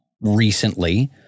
recently